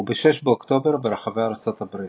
וב-6 באוקטובר ברחבי ארצות הברית.